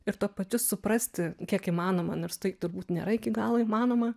ir tuo pačiu suprasti kiek įmanoma nors tai turbūt nėra iki galo įmanoma